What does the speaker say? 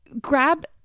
Grab